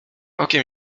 okiem